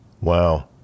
Wow